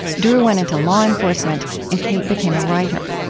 drew went into law enforcement and kate became a writer.